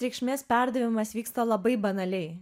reikšmės perdavimas vyksta labai banaliai